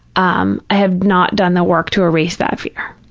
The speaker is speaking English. um i have not done the work to erase that fear.